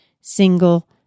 single